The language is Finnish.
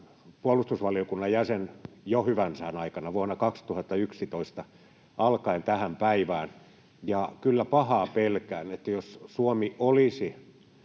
puolustusvaliokunnan jäsen jo hyvän sään aikana, vuodesta 2011 alkaen tähän päivään, ja kyllä pahaa pelkään, että jos Suomi olisi